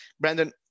Brandon